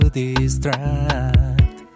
distract